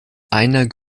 einer